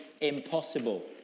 impossible